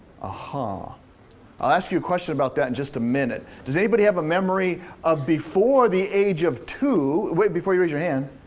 but i'll ask you a question about that in just a minute. does anybody have a memory of before the age of two? wait, before you raise your hand,